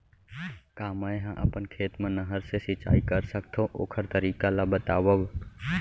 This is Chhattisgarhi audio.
का मै ह अपन खेत मा नहर से सिंचाई कर सकथो, ओखर तरीका ला बतावव?